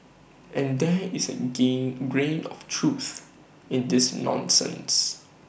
and there is A gain grain of truth in this nonsense